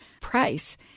price